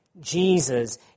Jesus